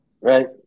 right